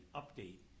update